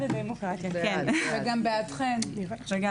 הדמוקרטיה וגם בעדינו.